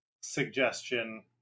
suggestion